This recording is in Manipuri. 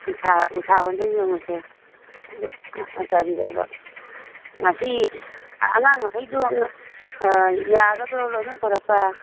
ꯎꯁꯥ ꯎꯁꯥ ꯍꯣꯜꯗ ꯌꯦꯡꯉꯨꯁꯦ ꯑꯗꯨꯒ ꯀꯔꯤꯗꯧꯕ ꯉꯁꯤ ꯑꯉꯥꯡ ꯃꯈꯩꯗꯣ ꯌꯥꯒꯗ꯭ꯔꯣ ꯂꯣꯏꯅ ꯄꯨꯔꯛꯄ